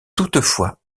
toutefois